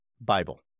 Bible